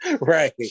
Right